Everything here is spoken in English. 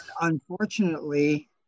unfortunately